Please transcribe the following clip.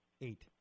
eight